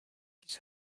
his